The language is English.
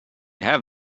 have